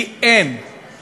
כי אין,